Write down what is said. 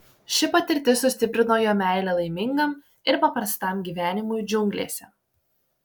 ši patirtis sustiprino jo meilę laimingam ir paprastam gyvenimui džiunglėse